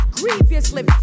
grievously